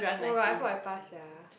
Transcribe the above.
oh-my-god I hope I pass sia